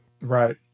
Right